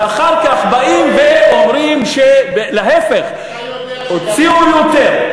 ואחר כך באים ואומרים שלהפך, הוציאו יותר.